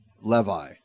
Levi